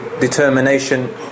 determination